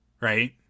Right